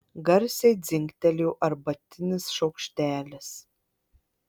garsiai dzingtelėjo arbatinis šaukštelis